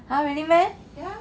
!huh! really meh